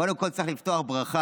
קודם כול, צריך לפתוח בברכה.